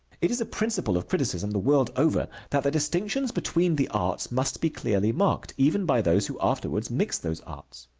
it is a principle of criticism, the world over, that the distinctions between the arts must be clearly marked, even by those who afterwards mix those arts.